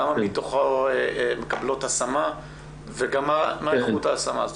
כמה מתוכו מקבלות השמה וגם מה איכות ההשמה.